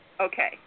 Okay